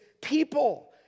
people